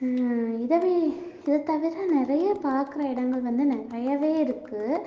இதுவே இதை தவிர நிறைய பாக்கிற இடங்கள் வந்து நிறையவே இருக்கு